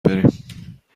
بریم